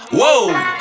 whoa